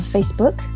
Facebook